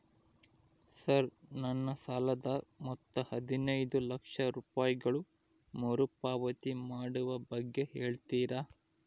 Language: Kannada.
ಸರ್ ನನ್ನ ಸಾಲದ ಮೊತ್ತ ಹದಿನೈದು ಲಕ್ಷ ರೂಪಾಯಿಗಳು ಮರುಪಾವತಿ ಮಾಡುವ ಬಗ್ಗೆ ಹೇಳ್ತೇರಾ?